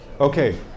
Okay